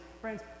friends